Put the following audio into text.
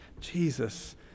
Jesus